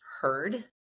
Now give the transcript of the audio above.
heard